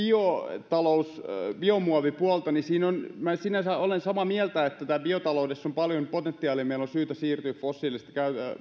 biotalous biomuovipuolta niin minä sinänsä olen samaa mieltä että täällä biotaloudessa on paljon potentiaalia ja meillä on syytä siirtyä fossiilisista